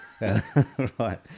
right